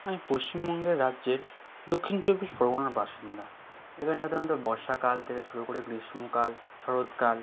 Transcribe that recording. আমি পশ্চিমবঙ্গের রাজ্যের দক্ষিণ চব্বিশ পরগনার বাসিন্দা এখানে সাধারণ বর্ষাকাল থেকে শুরু করে গ্রীষ্মকাল শরৎকাল